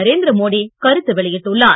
நரேந்திரமோடி கருத்து வெளியிட்டுள்ளார்